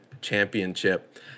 championship